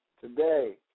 Today